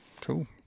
Cool